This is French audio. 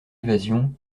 évasion